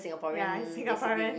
ya Singaporean